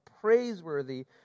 praiseworthy